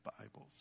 Bibles